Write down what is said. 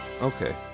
Okay